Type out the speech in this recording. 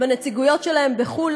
בנציגויות שלהם בחו"ל,